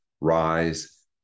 rise